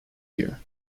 year